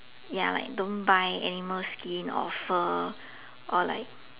ya like don't buy animal skin or fur or like